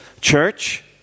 Church